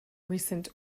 recent